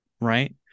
right